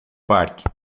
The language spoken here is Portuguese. parque